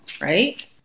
right